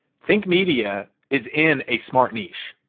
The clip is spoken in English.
think media is in a smart niche.